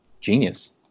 genius